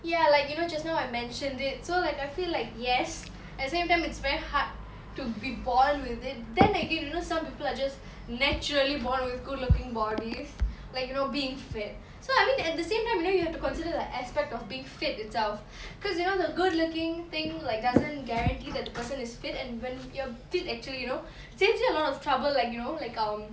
ya like you know just now I mentioned it so like I feel like yes at the same time it's very hard to be born with it then again you know some people are just naturally born with good looking bodies like you know being fit so I mean at the same time you know you have to consider the aspect of being fit itself because you know the good looking thing like doesn't guarantee that the person is fit and when you're fit actually you know it's saves you a lot of trouble like you know like um